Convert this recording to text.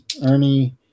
Ernie